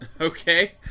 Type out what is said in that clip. Okay